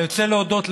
אני רוצה להודות לך,